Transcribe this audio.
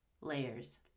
layers